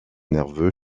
nerveux